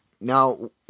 now